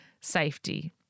safety